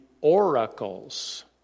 oracles